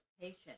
patient